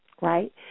right